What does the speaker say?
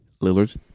Lillard